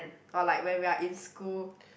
or like when we are in school